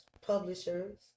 publishers